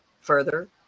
further